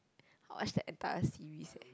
I watched the entire series eh